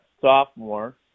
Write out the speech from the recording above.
sophomore